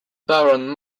baron